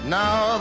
now